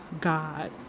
God